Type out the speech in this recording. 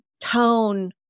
tone